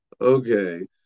Okay